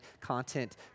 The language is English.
content